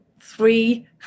three